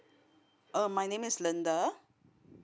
uh my name is linda